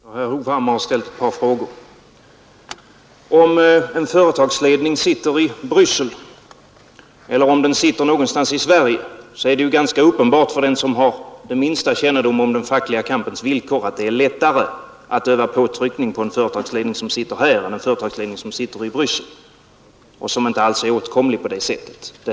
Herr talman! Herr Hovhammar har ställt ett par frågor. Om en företagsledning sitter i Bryssel eller om den sitter någonstans i Sverige, så är det ju ganska uppenbart för den som har den minsta kännedom om den fackliga kampens villkor att det är lättare att öva påtryckning på en företagsledning som sitter här än på en företagsledning som sitter i Bryssel och som inte alls är åtkomlig på samma sätt.